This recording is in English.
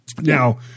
Now